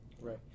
Right